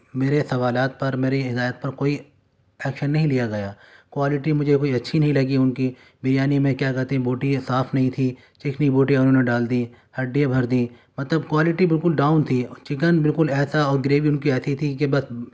میرے سوالات پر میری ہدایت پر کوئی ایکشن نہیں لیا گیا کوالٹی مجھے کوئی اچھی نہیں لگی ان کی بریانی میں کیا کہتے ہیں بوٹیاں صاف نہیں تھی چکنی بوٹی انہوں نے ڈال دی ہڈیاں بھر دی مطلب کوالٹی بالکل ڈاؤن تھی چکن بالکل ایسا اور گریوی ان کی ایسی تھی کہ بس